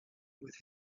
with